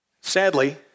sadly